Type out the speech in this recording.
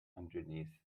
underneath